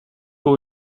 pour